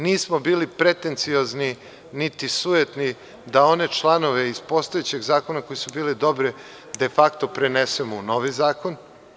Nismo bili pretenciozni, niti sujetni da one članove iz postojećeg zakona koji su bili dobri de fakto prenesemo u novi zakon.